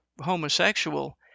homosexual